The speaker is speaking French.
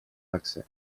l’accès